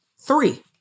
three